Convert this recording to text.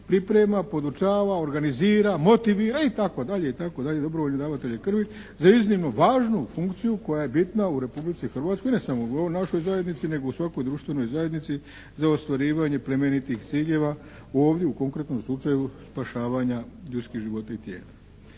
priprema, podučava, organizira, motivira itd. dobrovoljne davatelje krvi za iznimno važnu funkciju koja je bitna u Republici Hrvatskoj ne samo u ovoj našoj zajednici nego u svakoj društvenoj zajednici za ostvarivanje plemenitih ciljeva ovdje u konkretnom slučaju spašavanja ljudskih života i tijela.